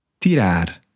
tirar